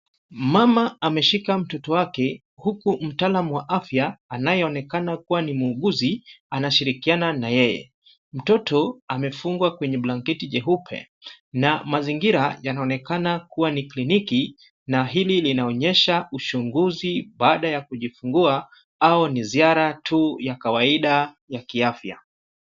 Mama ameshika mtoto wake huku mtaalam wa afya anayeonekana kuwa ni muuguzi anashirikiana na yeye. Mtoto amefungwa kwenye blanketi jeupe na mazingira yanaonekana kuwa ni kliniki na hili linaonyesha uchunguzi baada ya kujifungua au ni ziara tu ya kawaida ya kiafya.